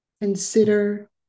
Consider